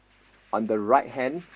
on the right hand